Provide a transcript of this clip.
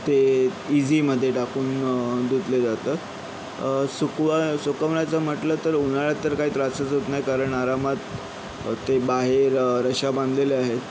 ते इझीमध्ये टाकून धुतले जातात सुकवाय सुकवण्याचं म्हटलं तर उन्हाळ्यात तर काही त्रासच होत नाही कारण आरामात ते बाहेर रश्श्या बांधलेल्या आहेत